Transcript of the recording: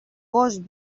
gos